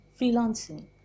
freelancing